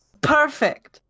Perfect